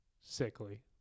Sickly